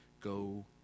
go